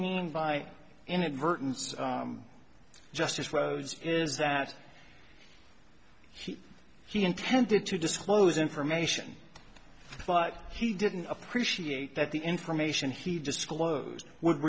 mean by inadvertence justice rose is that he he intended to disclose information but he didn't appreciate that the information he disclosed would